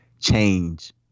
change